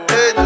Hey